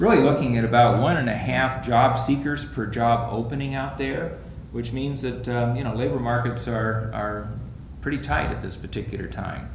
really looking at about one and a half job seekers per job opening out there which means that you know labor markets are pretty tight at this particular time